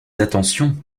attention